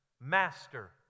Master